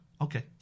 okay